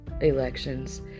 elections